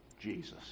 Jesus